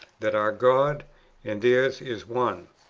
that our god and theirs is one,